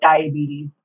diabetes